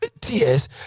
tears